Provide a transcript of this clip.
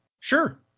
Sure